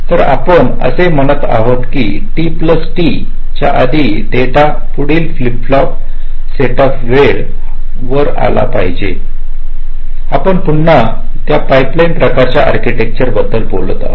तर आपण असे म्हणत आहोत की t प्लस T च्या आधी डेटा पुढील फ्लिप फ्लॉप सेटअप वेळ वर आला पाहिजे आपण पुन्हा त्या पाइपलाइन प्रकारच्या आर्किटेक्चर बद्दल बोलत आहोत